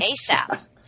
ASAP